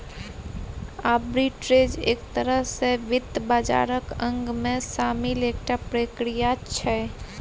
arbitrage एक तरह सँ वित्त बाजारक अंगमे शामिल एकटा प्रक्रिया छै